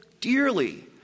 dearly